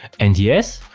and yes,